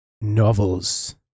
Novels